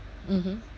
mmhmm